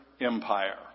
empire